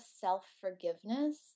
self-forgiveness